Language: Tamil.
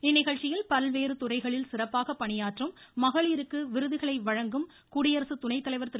இந்நிகழ்ச்சியில் பல்வேறு துறைகளில் சிறப்பாக பணியாற்றும் மகளிருக்கு விருதுகளை வழங்கும் குடியரசு துணைத்தலைவர் திரு